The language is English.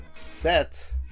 set